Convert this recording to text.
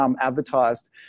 advertised